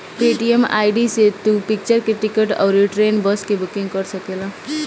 Paytm ID से तू picture के टिकट अउरी ट्रेन, बस के बुकिंग कर सकेला